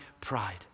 pride